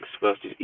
versus